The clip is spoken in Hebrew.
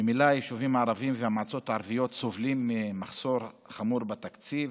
ממילא היישובים הערביים והמועצות הערביות סובלים ממחסור חמור בתקציב,